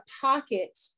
pocket